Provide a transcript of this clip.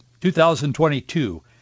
2022